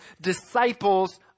disciples